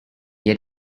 yet